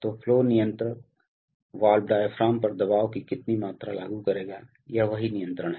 तो फ्लो नियंत्रण valve diaphragm पर दबाव की कितनी मात्रा लागू करेगा यह वही नियंत्रण है